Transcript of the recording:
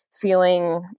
Feeling